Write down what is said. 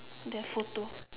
the photo